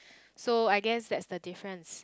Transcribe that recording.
so I guess that's the difference